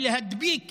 ולהדביק